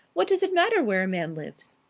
what does it matter where a man lives?